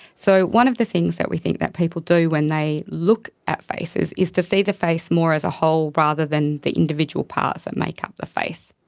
so one of the things that we think that people do when they look at faces is to see the face more as a whole rather than the individual parts that make up the face.